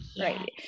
right